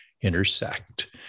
intersect